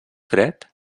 fred